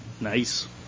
Nice